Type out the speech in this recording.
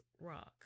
Rock